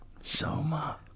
Soma